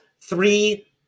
three